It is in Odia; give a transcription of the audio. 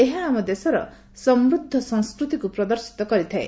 ଏହା ଆମ ଦେଶର ସମୃଦ୍ଧ ସଂସ୍କୃତିକୁ ପ୍ରଦର୍ଶିତ କରିଥାଏ